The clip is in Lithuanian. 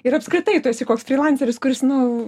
ir apskritai tu esi koks frilanseris kuris nu